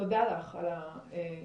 תודה לך על הדברים.